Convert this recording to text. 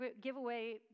giveaway